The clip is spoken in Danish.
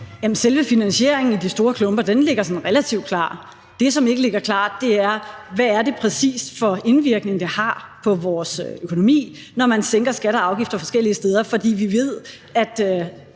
selve finansieringen i de store klumper ligger sådan relativt klar. Det, som ikke ligger klart, er, hvad det præcis er for en indvirkning, det har på vores økonomi, når man sænker skatter og afgifter forskellige steder, for vi ved, at